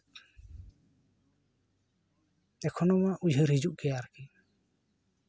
ᱮᱠᱷᱚᱱᱳ ᱩᱭᱦᱟᱹᱨ ᱦᱤᱡᱩᱜ ᱜᱮᱭᱟ ᱟᱨᱠᱤ